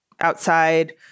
outside